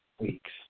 weeks